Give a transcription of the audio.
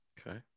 okay